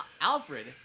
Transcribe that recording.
Alfred